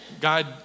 God